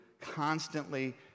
constantly